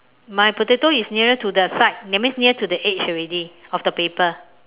my potato is nearer to the side that means near to the edge already of the paper